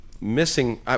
missing